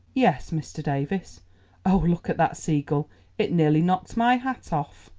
yes, mr. davies oh, look at that seagull it nearly knocked my hat off.